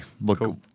look